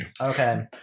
okay